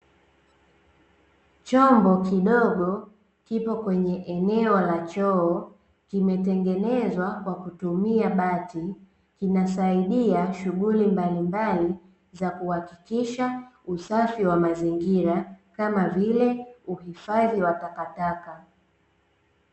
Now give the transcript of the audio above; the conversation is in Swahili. Chombo kidogo kipo kwenye eneo la choo kimetengenezwa kwa kutumia bati, kinasaidia shughuli mbalimbali za kuhakikisha usafi wa mazingira kama vile uhifadhi wa takataka.